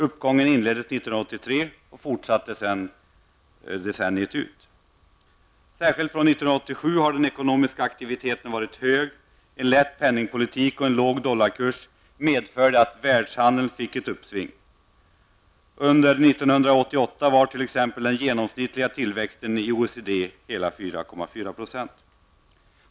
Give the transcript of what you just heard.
Uppgången inleddes 1983 och fortsatte sedan decenniet ut. Särskilt från 1987 har den ekonomiska aktiviteten varit hög. En lätt penningpolitik och en låg dollarkurs medförde att världshandeln fick ett uppsving. Under 1988 var t.ex. den genomsnittliga tillväxten i OECD hela 4,4 %.